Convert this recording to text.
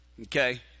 Okay